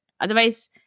Otherwise